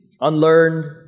unlearned